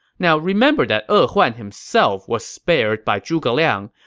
now, remember that e huan himself was spared by zhuge liang,